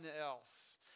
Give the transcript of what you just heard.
else